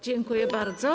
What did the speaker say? Dziękuję bardzo.